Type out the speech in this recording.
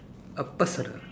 err personal